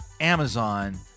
Amazon